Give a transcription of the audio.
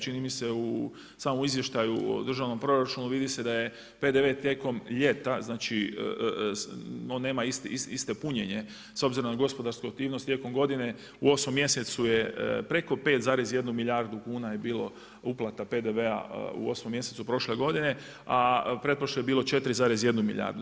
Čini mi se u samom izvještaju o državnom proračunu vidi se da je PDV tijekom ljeta on nema isto punjenje, s obzirom na gospodarsku aktivnosti tijekom godine u 8. mjesecu je preko 5,1 milijardu kuna je bilo uplata PDV-a u 8. mjesecu prošle godine, a pretprošle je bilo 4,1 milijardu.